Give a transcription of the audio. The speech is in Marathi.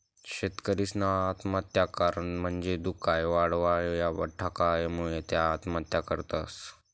शेतकरीसना आत्महत्यानं कारण म्हंजी दुष्काय, भाववाढ, या बठ्ठा कारणसमुये त्या आत्महत्या करतस